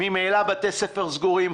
ממילא בתי ספר סגורים,